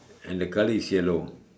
and the colour is yellow